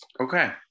Okay